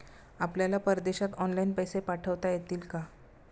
आपल्याला परदेशात ऑनलाइन पैसे पाठवता येतील का?